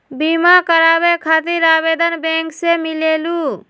बिमा कराबे खातीर आवेदन बैंक से मिलेलु?